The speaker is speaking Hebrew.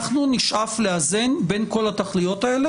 נשאף לאזן בין כל התכליות האלה,